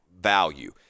value